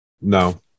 No